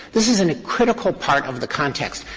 this is and a critical part of the context.